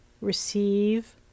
receive